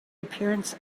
appearance